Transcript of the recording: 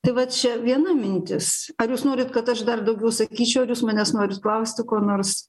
tai va čia viena mintis ar jūs norit kad aš dar daugiau sakyčiau ar jūs manęs norit klausti ko nors